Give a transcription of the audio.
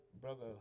Brother